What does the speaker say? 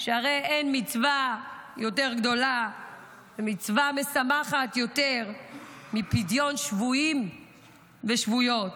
שהרי אין מצווה יותר גדולה ומצווה משמחת יותר מפדיון שבויים ושבויות,